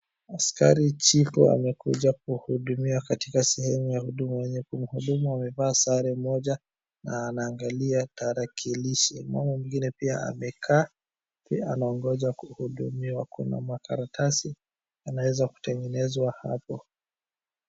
Askari chifu amekuja kuhudumiwa katika sehemu ya huduma, wenye kumhudumu wamevaa sare moja anaangalia tarakilishi mama mwingine pia amekaa pia anaongoja kuhudumiwa na makaratasi anaweza kutengenezwa hapo.